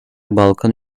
balkan